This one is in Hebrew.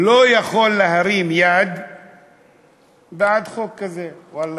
לא חילקתם את זה בצורה כזאת או אחרת,